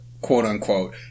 quote-unquote